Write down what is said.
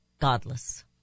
godless